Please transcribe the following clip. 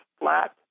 flat